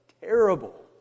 terrible